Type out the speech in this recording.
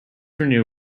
renew